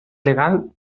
legal